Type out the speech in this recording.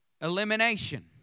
Elimination